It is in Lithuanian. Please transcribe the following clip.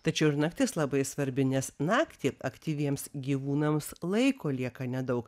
tačiau ir naktis labai svarbi nes naktį aktyviems gyvūnams laiko lieka nedaug